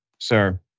Sir